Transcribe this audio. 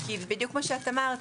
כי בדיוק כמו שאת אמרת: